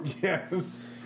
Yes